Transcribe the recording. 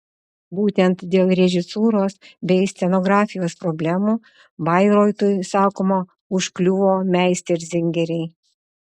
būtent dėl režisūros bei scenografijos problemų bairoitui sakoma užkliuvo meisterzingeriai